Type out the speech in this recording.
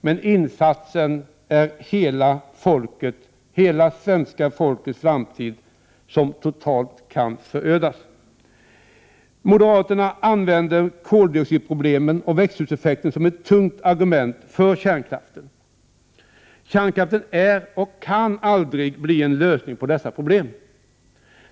Men insatsen är hela svenska folkets framtid, som totalt kan förödas. Moderaterna använder koldioxidproblemen och växthuseffekten som ett tungt argument för kärnkraften. Kärnkraften är inte och kan aldrig bli en lösning på dessa problem.